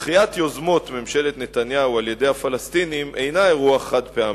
דחיית יוזמות ממשלת נתניהו על-ידי הפלסטינים אינה אירוע חד-פעמי.